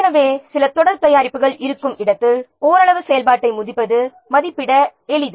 எனவே சில தொடர் தயாரிப்புகள் இருக்கும் இடத்தில் செயல்பாட்டை ஓரளவு மதிப்பிடுவது எளிது